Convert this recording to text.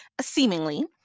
Seemingly